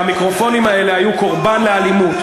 והמיקרופונים האלה היו קורבן לאלימות.